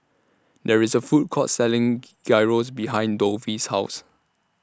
There IS A Food Court Selling Gyros behind Dovie's House